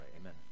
amen